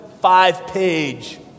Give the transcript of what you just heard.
five-page